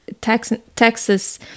Texas